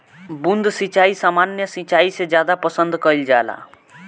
बूंद सिंचाई सामान्य सिंचाई से ज्यादा पसंद कईल जाला